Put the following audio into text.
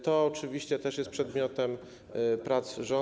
To oczywiście też jest przedmiotem prac rządu.